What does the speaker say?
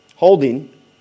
holding